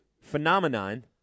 Phenomenon